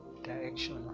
direction